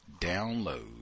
download